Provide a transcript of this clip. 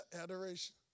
adoration